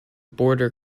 border